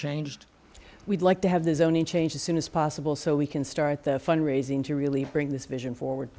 changed we'd like to have the zoning changed as soon as possible so we can start the fund raising to really bring this vision forward